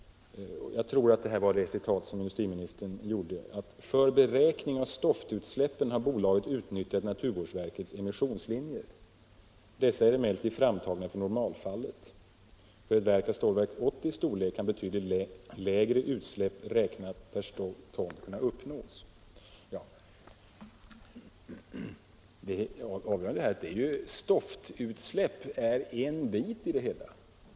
Jag tror att det var detta uttalande industriministern åsyftade: ”För beräkning av stoftutsläppen har bolaget utnyttjat naturvårdsverkets emissionsriktlinjer. Dessa är emellertid framtagna för normalfallet. För ett verk av Stålverk 80:s storlek kan betydligt lägre utsläpp räknat per ton stål uppnås.” Det avgörande är att stoftutsläppet är bara en bit i det hela.